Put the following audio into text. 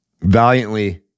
valiantly